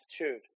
attitude